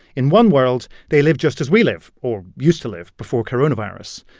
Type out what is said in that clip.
in one world, they live just as we live or used to live before coronavirus.